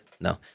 No